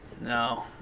No